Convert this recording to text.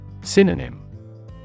Synonym